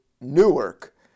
newark